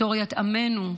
היסטוריית עמנו,